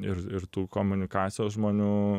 ir ir tų komunikacijos žmonių